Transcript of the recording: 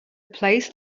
place